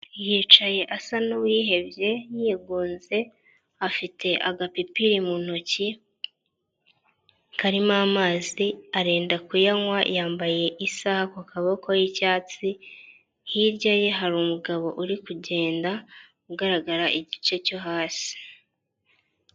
Yicaye asa n'uwihebye yigunze afite agapipiri mu ntoki karimo amazi arenda kuyanywa yambaye isaha ku kaboko y'icyatsi, hirya ye hari umugabo uri kugenda ugaragara igice cyo hasi.